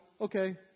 okay